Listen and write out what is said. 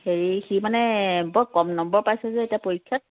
হেৰি সি মানে বৰ কম নম্বৰ পাইছে যে পৰীক্ষাত